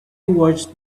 watched